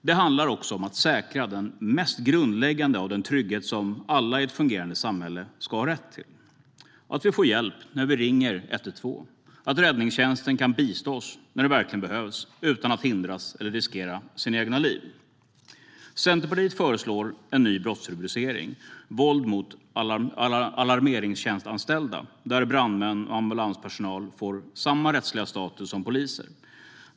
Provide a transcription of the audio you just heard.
Det handlar också om att säkra den mest grundläggande av den trygghet som alla i ett fungerande samhälle ska ha rätt till, nämligen att vi får hjälp när vi ringer 112 och att räddningstjänsten kan bistå oss när det verkligen behövs - utan att hindras eller riskera sina egna liv. Centerpartiet föreslår en ny brottsrubricering, våld mot alarmeringstjänstanställda, där brandmän och ambulanspersonal får samma rättsliga status som poliser.